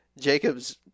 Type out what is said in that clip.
Jacob's